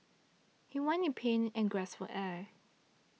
he writhed in pain and gasped for air